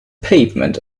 pavement